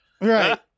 Right